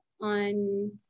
on